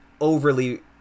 overly